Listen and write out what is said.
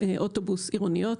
אוטובוס עירוניות.